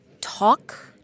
talk